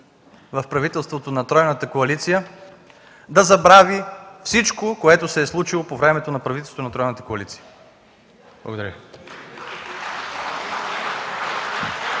в правителството на тройната коалиция да забрави всичко, което се е случило по време на правителството на тройната коалиция. Благодаря